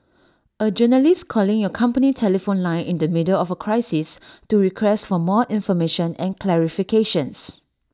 A journalist calling your company telephone line in the middle of A crisis to request for more information and clarifications